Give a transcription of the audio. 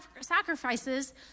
sacrifices